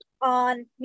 on